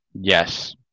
Yes